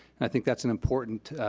i think that's an important